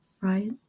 right